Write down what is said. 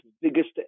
biggest